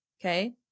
okay